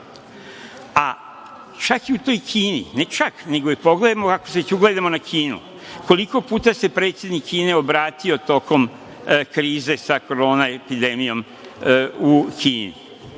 Čak i u toj Kini, ne čak, nego je pogledajmo ovako da se ugledamo na Kinu koliko puta se predsednik Kine obratio tokom krize sa Korona epidemijom u Kini?